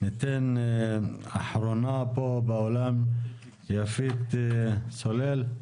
וניתן אחרונה פה באולם, יפית סולל.